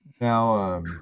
Now